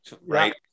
Right